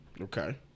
Okay